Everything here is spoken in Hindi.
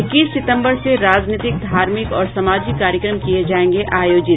इक्कीस सितंबर से राजनीतिक धार्मिक और सामाजिक कार्यक्रम किये जायेंगे आयोजित